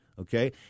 Okay